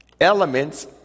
elements